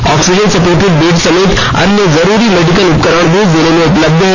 oxygen supported bed समेत अन्य जरूरी मेडिकल उपकरण भी जिले में उपलब्ध हैं